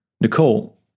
Nicole